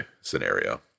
scenario